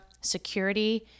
security